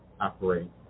operate